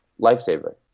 lifesaver